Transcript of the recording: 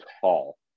tall